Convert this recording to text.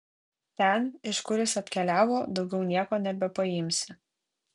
ten iš kur jis atkeliavo daugiau nieko nebepaimsi